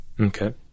okay